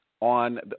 on –